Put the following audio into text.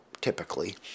typically